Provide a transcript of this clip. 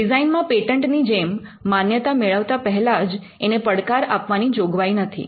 ડિઝાઇનમા patent ની જેમ માન્યતા મેળવતા પહેલા જ એને પડકાર આપવાની જોગવાઈ નથી